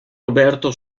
roberto